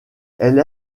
elle